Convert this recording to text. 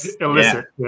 Illicit